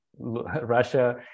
Russia